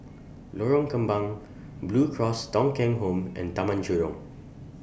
Lorong Kembang Blue Cross Thong Kheng Home and Taman Jurong